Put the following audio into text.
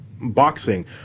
Boxing